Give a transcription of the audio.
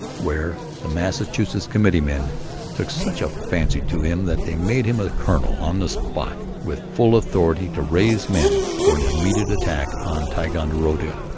where the massachusetts committeemen took such a fancy to him that they made him a colonel on the spot, with full authority to raise men for an immediate attack on ticonderoga.